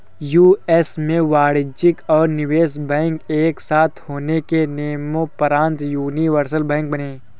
US में वाणिज्यिक और निवेश बैंक एक साथ होने के नियम़ोंपरान्त यूनिवर्सल बैंक बने